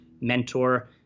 mentor